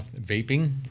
vaping